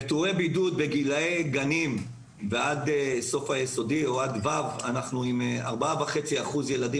פטורי בידוד בגילי הגן ועד כיתה ו' אנחנו עם 4.5% ילדים